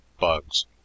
bugs